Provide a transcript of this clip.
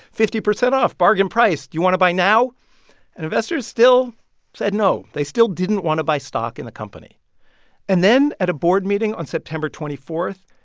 fifty percent off bargain price. you want to buy now? and investors still said no. they still didn't want to buy stock in the company and then at a board meeting on september twenty four,